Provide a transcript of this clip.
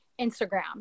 instagram